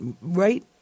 right